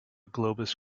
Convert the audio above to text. globus